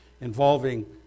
involving